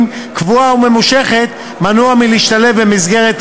קבועה וממושכת מנוע מלהשתלב במסגרת תעסוקתית.